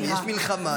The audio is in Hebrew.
אבל יש מלחמה,